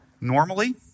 Normally